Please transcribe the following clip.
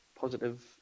positive